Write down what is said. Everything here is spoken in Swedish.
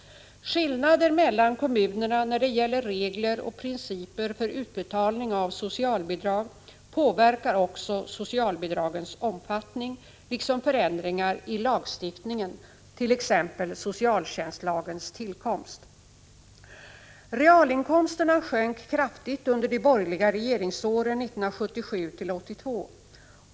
Skillnader mellan kommunerna när det gäller regler och principer för utbetalning av socialbidrag påverkar också socialbidragens omfattning, liksom förändringar i lagstiftningen, t.ex. socialtjänstlagens tillkomst. Realinkomsterna sjönk kraftigt under de borgerliga regeringsåren 1977 1982.